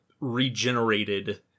regenerated